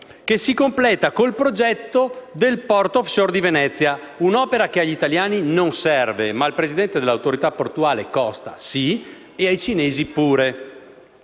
che si completa col progetto del porto *off-shore* di Venezia. Un'opera che agli italiani non serve, ma al presidente dell'Autorità portuale Costa sì, e ai cinesi pure.